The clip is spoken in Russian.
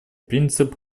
принцип